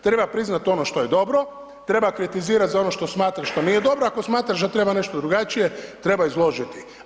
Treba priznati ono što je dobro, treba kritizirati za ono što smatraš što nije dobro, ako smatraš da treba nešto drugačije treba izložiti.